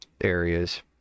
areas